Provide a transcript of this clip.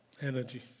energy